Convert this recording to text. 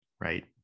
right